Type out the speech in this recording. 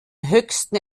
höchsten